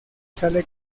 sale